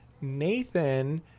Nathan